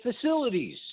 facilities